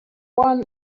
one